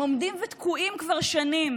הם עומדים ותקועים כבר שנים